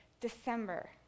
December